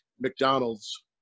McDonald's